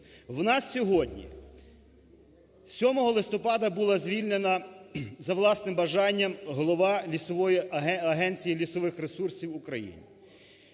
В нас сьогодні… 7 листопада була звільнена за власним бажанням голова лісової, Агенції лісових ресурсів України.